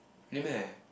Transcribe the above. really meh